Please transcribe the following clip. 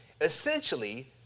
Essentially